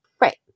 Right